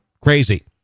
crazy